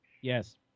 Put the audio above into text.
Yes